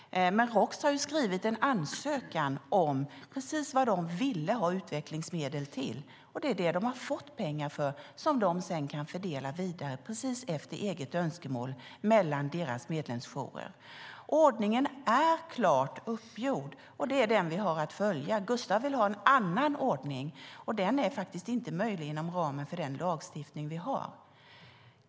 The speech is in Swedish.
Men Roks har skrivit en ansökan om precis vad de ville ha utvecklingsmedel till, och det är det de har fått pengar för, som de sedan kan fördela vidare efter eget önskemål mellan sina medlemsjourer. Ordningen är klart uppgjord, och det är den vi har att följa. Gustav vill ha en annan ordning, och den är faktiskt inte möjlig inom ramen för den lagstiftning vi har.